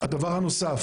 שנית,